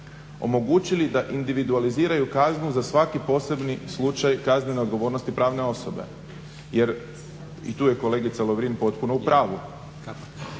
omogućili da individualiziraju kaznu za svaki posebni slučaj kaznene odgovornosti pravne osobe. Jer, i tu je kolegica Lovrin potpuno u pravu,